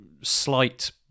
slight